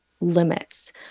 limits